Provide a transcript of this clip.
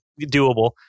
doable